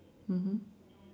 mmhmm